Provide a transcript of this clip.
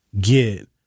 get